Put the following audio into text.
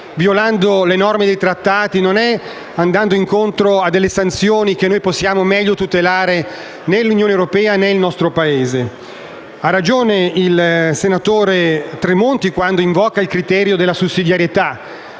violando le norme dei trattati e andando incontro a delle sanzioni che possiamo meglio tutelare l'Unione europea e il nostro Paese. Ha ragione il senatore Tremonti quando invoca il criterio della sussidiarietà.